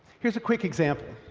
here's a quick example.